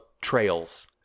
trails